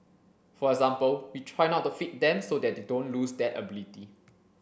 for example we try not to feed them so that they don't lose that ability